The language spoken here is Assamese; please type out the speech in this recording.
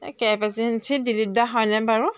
কেব এজেঞ্চিৰ দীলিপ দা হয়নে বাৰু